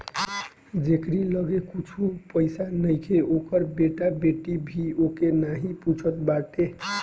जेकरी लगे कुछु पईसा नईखे ओकर बेटा बेटी भी ओके नाही पूछत बाटे